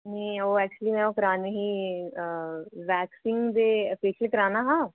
निं ओह् में एक्चूअली ओह् करानी ही वैक्सिंग ते फेशियल कराना हा